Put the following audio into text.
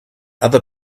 other